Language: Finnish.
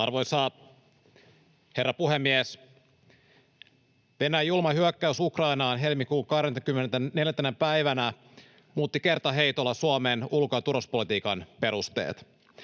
Arvoisa herra puhemies! Venäjän julma hyökkäys Ukrainaan helmikuun 24. päivänä muutti kertaheitolla Suomen ulko- ja turvallisuuspolitiikan perusteet.